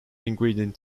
ingredient